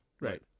right